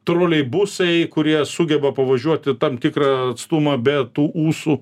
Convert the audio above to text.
troleibusai kurie sugeba pavažiuoti tam tikrą atstumą be tų ūsų